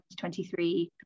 2023